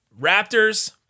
Raptors